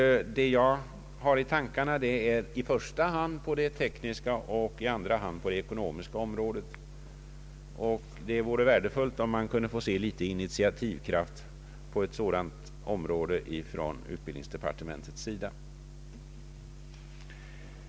Det jag har i tankarna är i första hand det tekniska och i andra hand det ekonomiska området. Det vore värdefullt att få se ett initiativ på ett sådant område från utbildningsdepartementets sida.